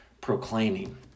proclaiming